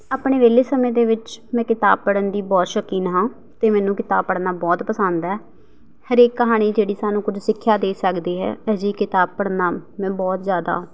ਆਪਣੇ ਵਿਹਲੇ ਸਮੇਂ ਦੇ ਵਿੱਚ ਮੈਂ ਕਿਤਾਬ ਪੜ੍ਹਨ ਦੀ ਬਹੁਤ ਸ਼ੌਕੀਨ ਹਾਂ ਅਤੇ ਮੈਨੂੰ ਕਿਤਾਬ ਪੜ੍ਹਨਾ ਬਹੁਤ ਪਸੰਦ ਹੈ ਹਰੇਕ ਕਹਾਣੀ ਜਿਹੜੀ ਸਾਨੂੰ ਕੁਝ ਸਿੱਖਿਆ ਦੇ ਸਕਦੀ ਹੈ ਅਜਿਹੀ ਕਿਤਾਬ ਪੜ੍ਹਨਾ ਮੈਂ ਬਹੁਤ ਜ਼ਿਆਦਾ